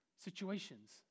situations